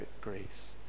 grace